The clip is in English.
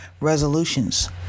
resolutions